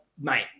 mate